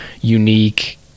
unique